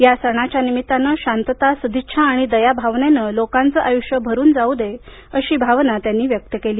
या सणाच्या निमित्तानं शांतता सदिच्छा आणि दयाभावनेनं लोकांचं आयुष्य भरून जाऊ दे अशी भावना त्यांनी व्यक्त केली